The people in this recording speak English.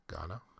Ghana